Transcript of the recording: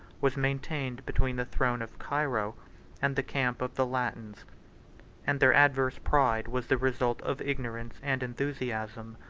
was maintained between the throne of cairo and the camp of the latins and their adverse pride was the result of ignorance and enthusiasm.